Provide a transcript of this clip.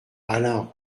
alain